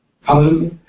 Hallelujah